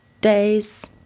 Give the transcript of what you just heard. days